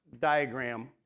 diagram